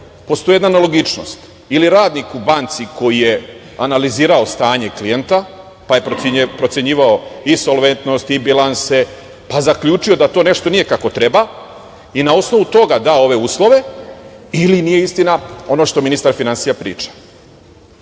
postoji jedna nelogičnost ili radnik u banci koji je analizirao stanje klijenta, pa je procenjivao i solventnost i bilanse, pa zaključio da to nešto nije kako treba i na osnovu toga dao ove uslove ili nije istina ono što ministar finansija priča. Iz